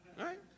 right